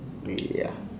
ya